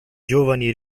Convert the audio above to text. giovani